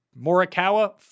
Morikawa